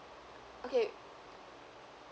okay